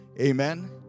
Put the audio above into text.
Amen